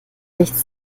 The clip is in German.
nichts